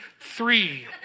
three